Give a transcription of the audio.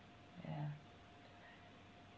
ya